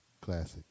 classic